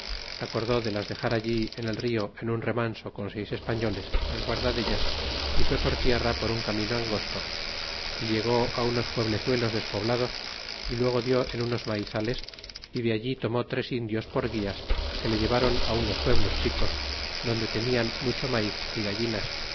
acordó de las dexar allí en el rio en un remanso con seis españoles en guarda dellas y fue por tierra por un camino angosto y llegó unos pueblezuelos despoblados y luego dió en unos maizales y de allí tomó tres indios por guias que le llevaron á unos pueblos chicos donde tenian mucho maiz y gallinas